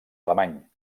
alemany